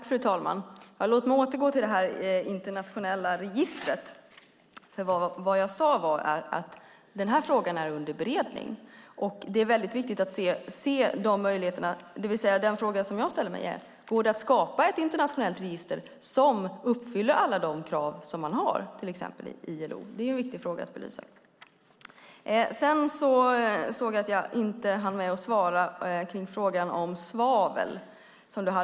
Fru talman! När det gäller det internationella registret sade jag att frågan är under beredning. Det är viktigt att se möjligheterna. Det jag frågar mig är om det går att skapa ett internationellt register som uppfyller alla krav som man har i till exempel ILO. Jag hann inte med att svara på din fråga om svavel.